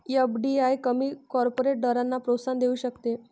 FDI कमी corporate दरांना प्रोत्साहन देऊ शकते